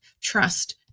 trust